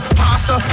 pasta